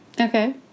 Okay